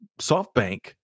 SoftBank